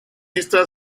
eastern